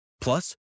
Plus